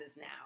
now